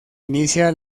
inicia